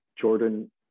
Jordan